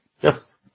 Yes